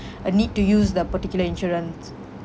a need to use the particular insurance